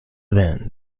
then